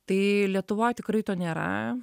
tai lietuvoj tikrai to nėra